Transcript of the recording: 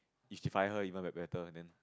if she fire her even b~ better then